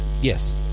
Yes